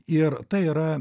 ir tai yra